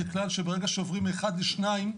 שמתי לעצמי את הכלל שברגע שעוברים מאחד לשניים,